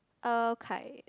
okay